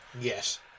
Yes